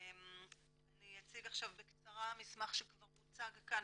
אני אציג עכשיו בקצרה מסמך שכבר הוצג כאן